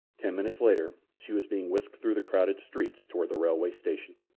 ten minutes later she was being whisked through the crowded streets toward the railway station.